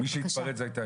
מי שהתפרץ זו הייתה היא.